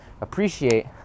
appreciate